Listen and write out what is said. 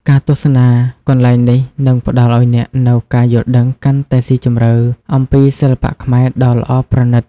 ការទស្សនាកន្លែងនេះនឹងផ្តល់ឲ្យអ្នកនូវការយល់ដឹងកាន់តែស៊ីជម្រៅអំពីសិល្បៈខ្មែរដ៏ល្អប្រណិត។